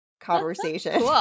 conversation